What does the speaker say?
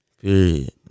Period